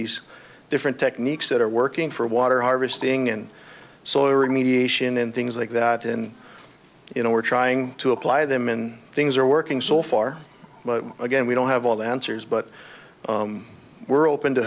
these different techniques that are working for water harvesting and solar and mediation and things like that and you know we're trying to apply them and things are working so far but again we don't have all the answers but we're open to